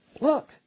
Look